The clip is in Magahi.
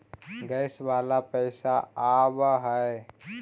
गैस वाला पैसा आव है?